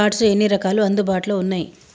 Cards ఎన్ని రకాలు అందుబాటులో ఉన్నయి?